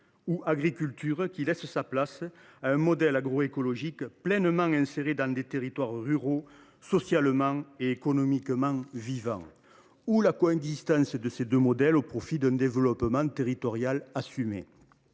une agriculture qui laisse sa place à un modèle agroécologique pleinement inséré dans des territoires ruraux socialement et économiquement vivants ? Devrions nous plutôt chercher une coexistence de ces deux modèles au profit d’un développement territorial assumé